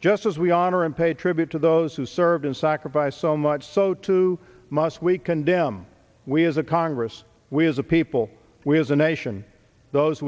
just as we honor and pay tribute to those who served and sacrificed so much so too must we condemn we as a congress we as a people we as a nation those